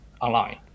online